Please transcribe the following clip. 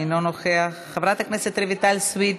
אינו נוכח, חברת הכנסת רויטל סויד,